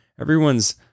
everyone's